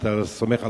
שאתה סומך,